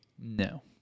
No